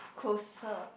closer